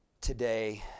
today